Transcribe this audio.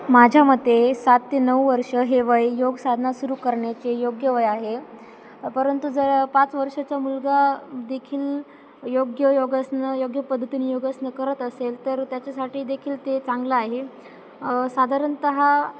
माझ्या मते सात ते नऊ वर्ष हे वय योग साधना सुरू करण्याचे योग्य वय आहे परंतु जर पाच वर्षाचा मुलगा देखील योग्य योगासनं योग्य पद्धतीने योगासनं करत असेल तर त्याच्यासाठी देखील ते चांगलं आहे साधारणतः